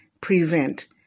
PREVENT